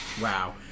Wow